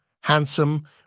handsome